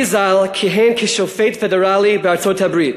אבי ז"ל כיהן כשופט פדרלי בארצות-הברית.